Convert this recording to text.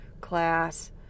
class